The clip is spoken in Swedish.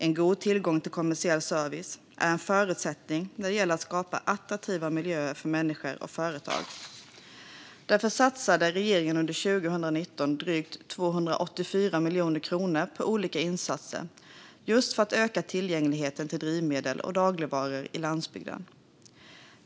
En god tillgång till kommersiell service är en förutsättning när det gäller att skapa attraktiva miljöer för människor och företag. Därför satsade regeringen under 2019 drygt 284 miljoner kronor på olika insatser just för att öka tillgängligheten till drivmedel och dagligvaror på landsbygden.